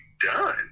done